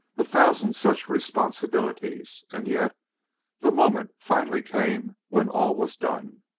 a thousand such responsibilities and yet the moment finally came when all was done.